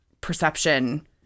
perception